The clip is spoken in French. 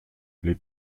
les